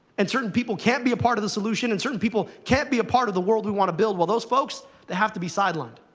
and certain people can't be a part of the solution, and certain people can't be a part of the world we want to build, well, those folks, they have to be sidelined.